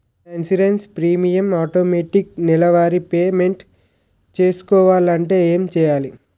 నా insurance premium automatic నెలవారి payment చేసుకోవాలంటే ఏంటి చేయాలి?